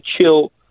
chill